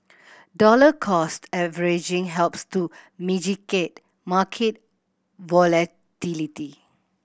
dollar cost averaging helps to mitigate market volatility